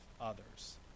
others